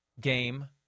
game